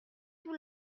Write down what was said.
tout